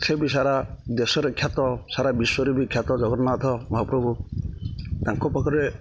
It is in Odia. ସେ ବି ସାରା ଦେଶରେ ଖ୍ୟାତ ସାରା ବିଶ୍ୱରେ ବି ଖ୍ୟାତ ଜଗନ୍ନାଥ ମହାପ୍ରଭୁ ତାଙ୍କ ପାଖରେ